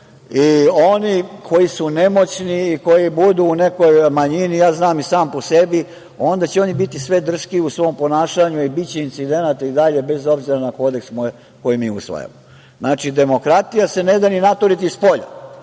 Oni koji su nemoćni i koji budu u nekoj manjini, ja znam i sam po sebi, onda će oni biti sve drskiji u svom ponašanju i biće incidenata i dalje, bez obzira na kodeks koji mi usvajamo. Znači, demokratija se ne da ni naturiti spolja.